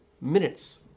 minutes